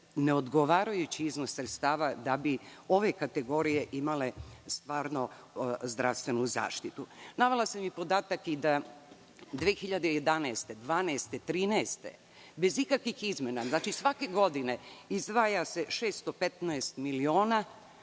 neodgovarajući iznos sredstava da bi ove kategorije imale stvarno zdravstvenu zaštitu. Navela sam i podatak da 2011, 2012. i 2013. godine, bez ikakvih izmena, znači svake godine izdvaja se 615 miliona,